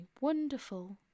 wonderful